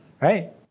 right